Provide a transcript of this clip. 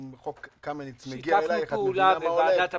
עם אבא ז"ל שיתפנו פעולה בוועדת הפנים.